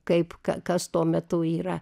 kaip kas tuo metu yra